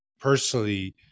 personally